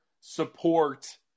support